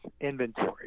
inventory